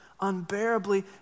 unbearably